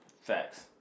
facts